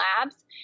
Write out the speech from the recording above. labs